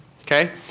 Okay